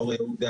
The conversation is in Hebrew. אור יהודה,